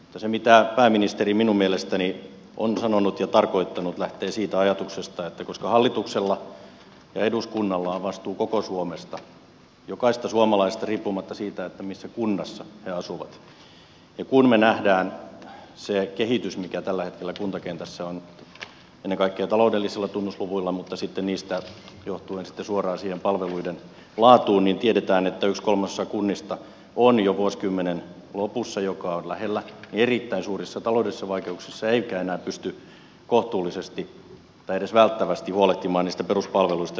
se mitä pääministeri minun mielestäni on sanonut ja tarkoittanut lähtee siitä ajatuksesta että koska hallituksella ja eduskunnalla on vastuu koko suomesta jokaisesta suomalaisesta riippumatta siitä missä kunnassa he asuvat niin kun me näemme sen kehityksen mikä tällä hetkellä kuntakentässä on ennen kaikkea taloudellisilla tunnusluvuilla mutta sitten niistä johtuen suoraan palveluiden laadussa niin tiedetään että yksi kolmasosa kunnista on jo vuosikymmenen lopussa joka on lähellä erittäin suurissa taloudellisissa vaikeuksissa eikä enää pysty kohtuullisesti tai edes välttävästi huolehtimaan niistä peruspalveluista joita kuntalaiset tarvitsevat